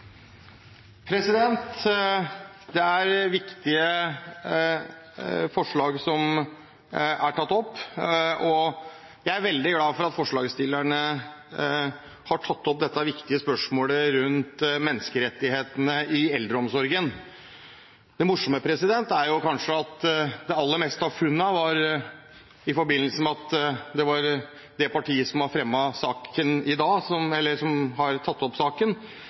viktige forslag som er tatt opp, og jeg er veldig glad for at forslagsstillerne har tatt opp dette viktige spørsmålet rundt menneskerettighetene i eldreomsorgen. Det morsomme er jo kanskje at det partiet som har tatt opp saken i dag, satt i regjering da en del av disse rettighetsbruddene faktisk ble begått. Men nok om det. Jeg er helt enig i at det som